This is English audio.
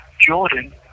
Jordan